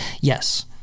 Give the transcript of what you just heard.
yes